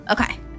Okay